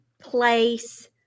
place